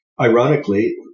ironically